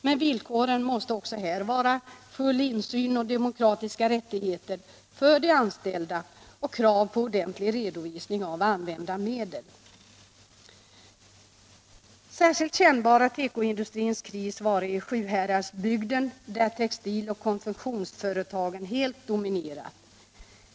Men villkoren måste också här vara full insyn och demokratiska rättigheter för de anställda och krav på ordentlig redovisning av använda medel. Särskilt kännbar har tekoindustrins kris varit i Sjuhäradsbygden, där textiloch konfektionsföretagen helt dominerar.